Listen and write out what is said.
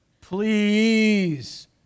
Please